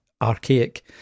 archaic